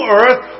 earth